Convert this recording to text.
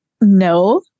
no